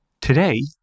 Today